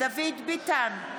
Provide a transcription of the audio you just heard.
דוד ביטן,